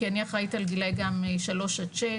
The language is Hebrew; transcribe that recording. כי אני אחראית על גילאי שלוש עד שש,